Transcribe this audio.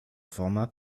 format